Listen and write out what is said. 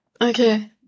okay